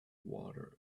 water